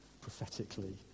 prophetically